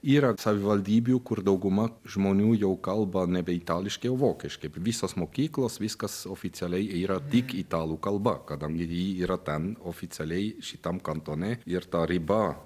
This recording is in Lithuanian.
yra savivaldybių kur dauguma žmonių jau kalba nebe itališkaio vokiškai visos mokyklos viskas oficialiai yra tik italų kalba kadangi ji yra ten oficialiai šitam kantone ir ta riba